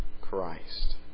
Christ